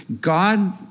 God